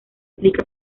implica